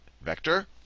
vector